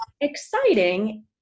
exciting